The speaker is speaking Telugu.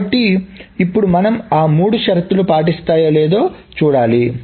కాబట్టి ఇప్పుడుమనము ఆ మూడు షరతులను పాటిస్తాయో లేదో చూడాలి